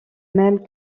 même